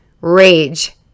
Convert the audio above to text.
rage